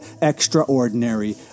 extraordinary